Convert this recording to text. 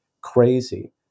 crazy